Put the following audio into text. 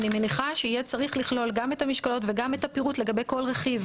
אני מניחה שיהיה צריך לכלול גם את המשקולות וגם את הפירוט לגבי כל רכיב,